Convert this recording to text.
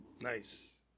Nice